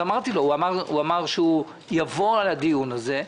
הוא אמר שהוא יבוא לדיון הזה.